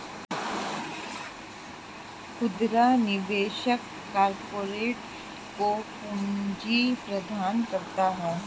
खुदरा निवेशक कारपोरेट को पूंजी प्रदान करता है